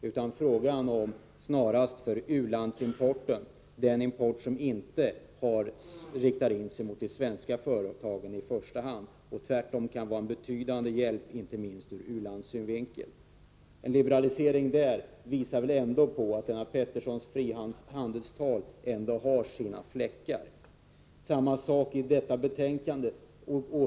Det gäller i stället snarast u-landsimporten, den import som inte i första hand riktas mot de svenska företagen. Tvärtom kan denna import vara en betydande hjälp — inte minst ur u-landssynvinkel. En liberalisering på detta område visar att Lennart Petterssons frihandelstal ändå har sina fläckar. Det är samma sak i detta betänkande.